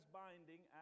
binding